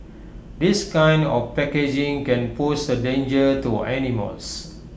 this kind of packaging can pose A danger to animals